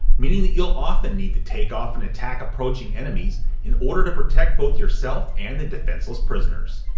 meaning that you'll often need to take off and attack approaching enemies in order to protect both yourself and the defenseless prisoners.